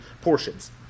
portions